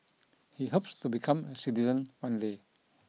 he hopes to become citizen one day